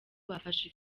bafashe